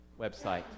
website